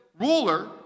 ruler